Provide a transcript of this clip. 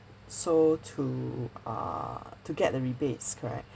so to err to get the rebates correct